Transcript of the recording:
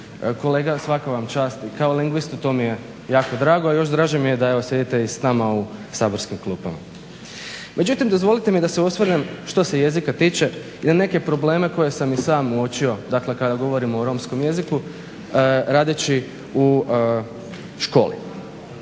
Kolega svaka vam čast. Kao lingvistu to mi je jako drago, a još draže mi je da evo sjedite i s nama u saborskim klupama. Međutim, dozvolite mi da se osvrnem, što se jezika tiče, i na neke probleme koje sam i sam uočio, dakle kada govorimo o romskom jeziku, radeći u školi.